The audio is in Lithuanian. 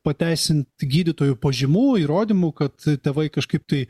pateisint gydytojų pažymų įrodymų kad tėvai kažkaip tai